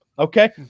Okay